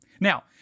Now